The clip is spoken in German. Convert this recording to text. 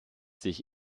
sich